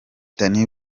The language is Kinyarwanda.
danny